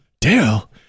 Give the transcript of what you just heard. Dale